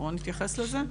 אהרון יתייחס לזה,